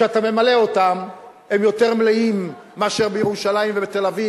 כשאתה ממלא אותם הם יותר מלאים מאשר בירושלים ובתל-אביב,